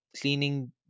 cleaning